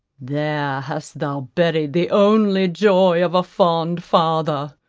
there hast thou buried the only joy of a fond father.